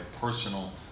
personal